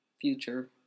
future